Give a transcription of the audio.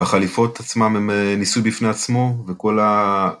החליפות עצמן הם ניסוי בפני עצמו, וכל ה...